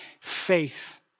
faith